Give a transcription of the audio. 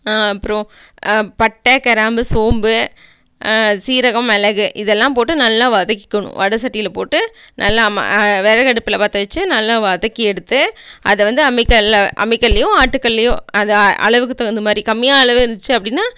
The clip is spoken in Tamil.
அப்புறோம் பட்டை கிராம்பு சோம்பு சீரகம் மிளகு இதெல்லாம் போட்டு நல்லா வதக்கிக்கணும் வட சட்டியில் போட்டு நல்லா மா விறகடுப்புல பற்றி வச்சி நல்லா வதக்கி எடுத்து அதை வந்து அம்மிக்கல்லை அம்மிக்கல்லயோ ஆட்டுக்கல்லையோ அது அளவுக்கு தகுந்த மாரி கம்மியாக அளவில் இருந்துச்சு அப்படின்னா